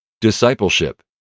Discipleship